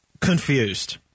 confused